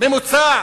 ממוצע